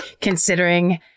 considering